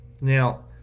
Now